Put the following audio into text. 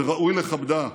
וראוי לכבדה.